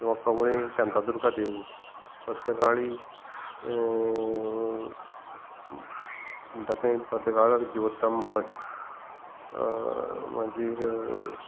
किंवां कवळें शांतादुर्गा देवूळ पर्तगाळी म्हणटा थंय पर्तगाळ जिवोत्तम मठ मागीर